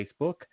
Facebook